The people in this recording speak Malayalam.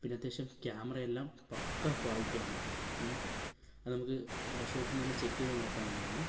പിന്നത്യാവശ്യം ക്യാമറയെല്ലാം പക്കാ ക്വാളിറ്റിയാണ് അത് നമുക്ക് ഷോപ്പിൽനിന്ന് തന്നെ ചെക്ക് ചെയ്ത് നോക്കാവുന്നതാണ്